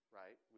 right